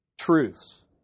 truths